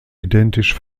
identisch